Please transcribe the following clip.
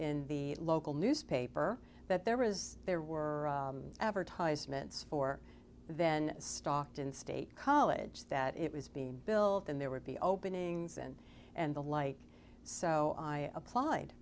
in the local newspaper that there was there were advertisements for then stocked in state college that it was being built in there would be openings in and the like so i applied